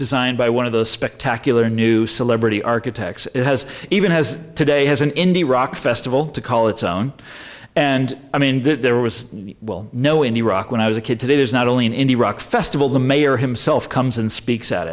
designed by one of the spectacular new celebrity architects it has even has today has an indie rock festival to call its own and i mean there was no in iraq when i was a kid today there's not only an indie rock festival the mayor himself comes and speaks at